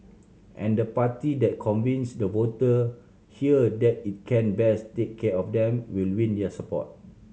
and the party that convince the voter here that it can best take care of them will win their support